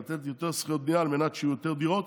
לתת יותר זכויות בנייה על מנת שיהיו יותר דירות,